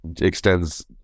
extends